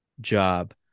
job